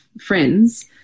friends